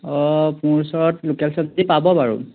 অঁ মোৰ ওচৰত লোকেল চব্জি পাব বাৰু